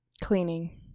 Cleaning